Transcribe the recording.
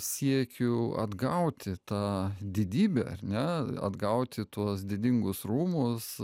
siekiu atgauti tą didybę ar ne atgauti tuos didingus rūmus